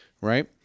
right